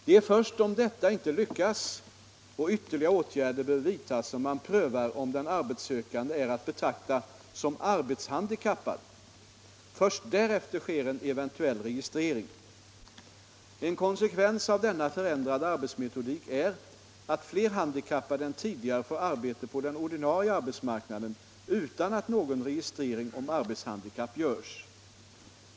Det är först om detta inte lyckas och ytterligare åtgärder behöver vidtas som man prövar om den arbetssökande är att betrakta som arbetshandikappad. Först därefter sker en eventuell registrering. En konsekvens av denna förändrade arbetsmetodik är att fler handikappade än tidigare får arbete på den ordinarie arbetsmarknaden utan att någon registrering om arbetshandikapp görs.